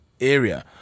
area